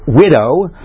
widow